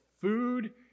food